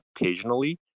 occasionally